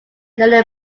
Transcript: learning